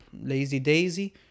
lazy-daisy